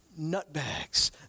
nutbags